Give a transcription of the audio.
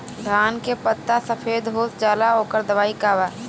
धान के पत्ता सफेद हो जाला ओकर दवाई का बा?